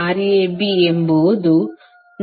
Rab ಎಂಬುದು 9